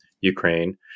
Ukraine